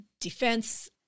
defense